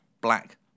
black